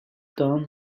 done